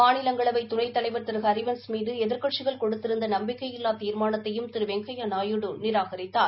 மாநிலங்களவை துணைத்தலைவர் திரு ஹரிவன்ஸ் மீது எதிர்க்கட்சிகள் கொடுத்திருந்த நம்பிக்கையில்லா தீர்மானத்தையும் திரு வெங்கையா நாயுடு நிராகரித்தார்